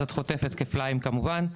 אז את חוטפת כפליים כמובן.